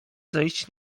zejść